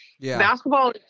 basketball